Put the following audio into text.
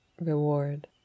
reward